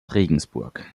regensburg